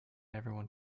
everyone